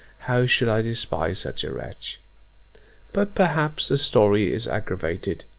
how should i despise such a wretch but, perhaps, the story is aggravated.